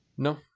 No